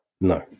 No